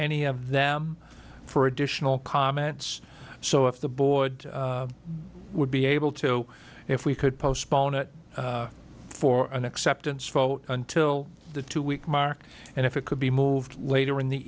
any of them for additional comments so if the board would be able to if we could postpone it for an acceptance vote until the two week mark and if it could be moved later in the